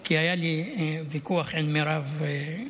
כי היה לי ויכוח עם מירב בחוץ.